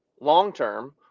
long-term